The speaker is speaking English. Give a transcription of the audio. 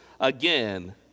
again